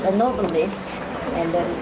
and novelist and